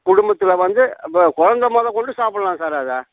குடும்பத்தில் வந்து இப்போ குழந்த முதக்கொண்டு சாப்பிட்லாம் சார் அதை